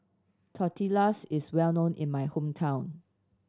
Tortillas is well known in my hometown